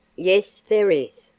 yes, there is,